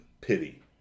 pity